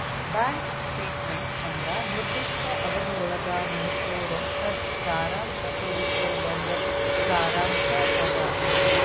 bank statement ಅಂದ್ರ ನಿರ್ದಿಷ್ಟ ಅವಧಿಯೊಳಗ ನಡಸೋ ರೊಕ್ಕದ್ ಸಾರಾಂಶ ತೋರಿಸೊ ಒಂದ್ ಸಾರಾಂಶ್ ಅದ